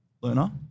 learner